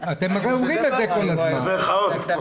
במירכאות.